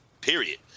period